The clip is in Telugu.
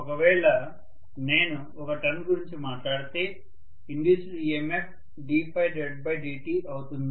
ఒకవేళ నేను ఒక టర్న్ గురించి మాట్లాడితే ఇండ్యూస్డ్ EMF ddtఅవుతుంది